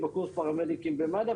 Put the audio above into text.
בקורס פרמדיקים במד"א,